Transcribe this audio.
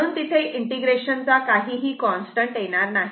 म्हणून तिथे इंटिग्रेशनचा काहीही कॉन्स्टंट येणार नाही